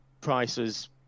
prices